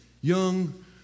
young